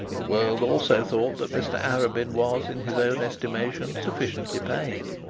the world also thought that mr arabin was, in his own estimation, sufficiently paid.